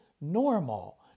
normal